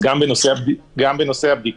כמובן שתהיה אפשרות לעשות גם במלוניות את הבדיקות,